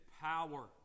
power